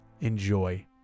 Enjoy